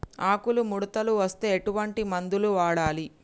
ఆకులు ముడతలు వస్తే ఎటువంటి మందులు వాడాలి?